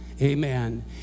Amen